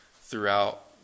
throughout